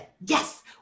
Yes